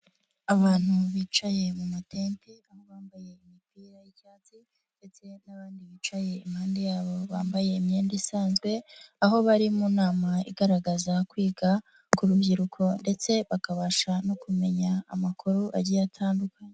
Abantu bicaye mu mu matente aho bambaye imipira y'icyatsi ndetse n'abandi bicaye impande yabo bambaye imyenda isanzwe, aho bari mu nama igaragaza kwiga ku rubyiruko ndetse bakabasha no kumenya amakuru agiye atandukanye.